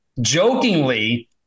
jokingly